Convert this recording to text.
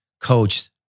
coach